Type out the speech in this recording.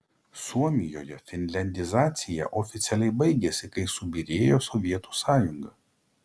suomijoje finliandizacija oficialiai baigėsi kai subyrėjo sovietų sąjunga